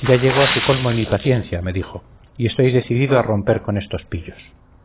ya llegó a su colmo mi paciencia me dijo y estoy decidido a romper con estos pillos